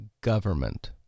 government